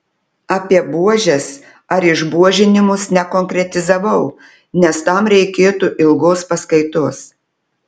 apie buožes ar išbuožinimus nekonkretizavau nes tam reikėtų ilgos paskaitos